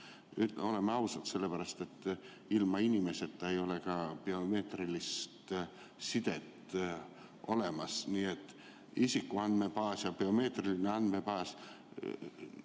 oleme ausad, sellepärast et ilma inimeseta ei ole ka biomeetrilist sidet olemas, nii et isikuandmete andmebaas ja biomeetria andmebaas